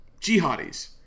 jihadis